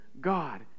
God